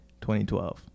2012